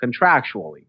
contractually